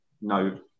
no